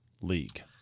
League